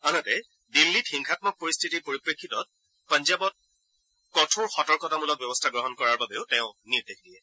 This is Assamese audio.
আনহাতে দিল্লীত হিংসামক পৰিস্থিতিৰ পৰিপ্ৰেক্ষিতত পঞ্জাবত কঠোৰ সতৰ্কতামূলক ব্যৱস্থা গ্ৰহণ কৰাৰ বাবেও তেওঁ নিৰ্দেশ দিয়ে